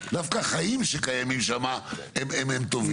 דווקא חיים שקיימים שם הם טובים.